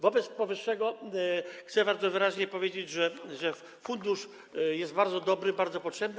Wobec powyższego chcę bardzo wyraźnie powiedzieć, że fundusz jest bardzo dobry, bardzo potrzebny.